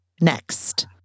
next